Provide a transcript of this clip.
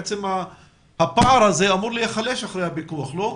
בעצם הפער הזה אמור להיחלש אחרי הפיקוח, לא?